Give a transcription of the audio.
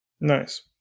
nice